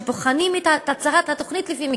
שבוחנים את הצלחת התוכנית לפי מגזר,